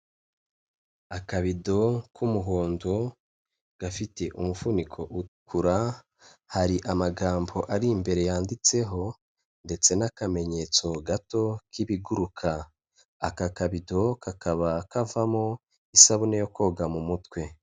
Akabido k'umuhondo gafite umufuniko utukura, hari amagambo ari imbere yanditseho ndetse n'akamenyetso gato k'ibiguruka, aka kabido kakaba kavamo isabune yo koga mu mutwe.